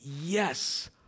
Yes